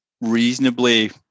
reasonably